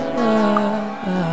love